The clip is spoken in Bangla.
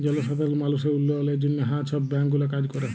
জলসাধারল মালুসের উল্ল্যয়লের জ্যনহে হাঁ ছব ব্যাংক গুলা কাজ ক্যরে